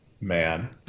man